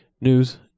news